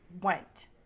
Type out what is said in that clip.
went